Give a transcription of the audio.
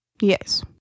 Yes